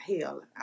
Hell